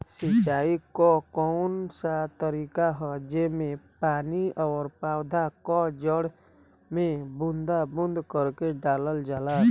सिंचाई क कउन सा तरीका ह जेम्मे पानी और पौधा क जड़ में बूंद बूंद करके डालल जाला?